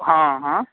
હં હં